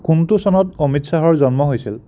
কোনটো চনত অমিত শ্বাহৰ জন্ম হৈছিল